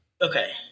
Okay